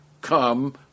come